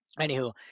anywho